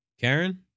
Karen